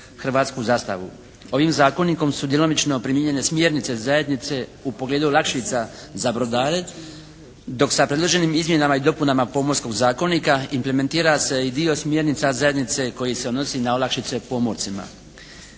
hrvatsku zastavu. Ovim zakonikom su djelomično primijenjene smjernice zajednice u pogledu olakšica za brodare dok sa predloženim izmjenama i dopunama Pomorskog zakonika implementira se i dio smjernica zajednice koji se odnosi na olakšice pomorcima.